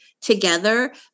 together